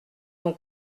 ont